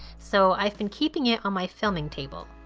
so i've been keeping it on my filming table.